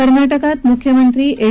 कर्नाटकात मुख्यमंत्री एच